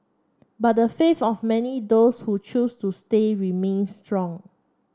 but the of many those who chose to say remains strong